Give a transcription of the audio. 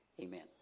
Amen